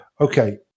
okay